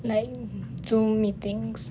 like zoom meetings